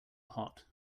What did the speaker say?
hot